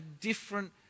different